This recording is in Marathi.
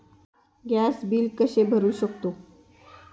गॅस बिल कसे भरू शकतो?